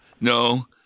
No